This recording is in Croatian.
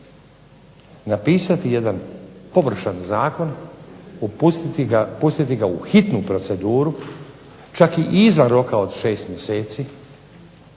Napisati jedan površan zakon, pustiti ga u hitnu proceduru čak i izvan roka od šest mjeseci